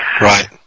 Right